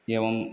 एवम्